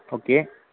okay